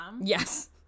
Yes